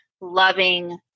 loving